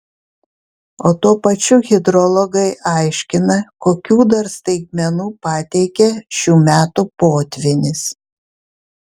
o tuo pačiu hidrologai aiškina kokių dar staigmenų pateikė šių metų potvynis